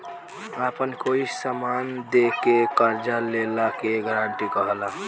आपन कोई समान दे के कर्जा लेला के गारंटी कहला